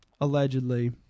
allegedly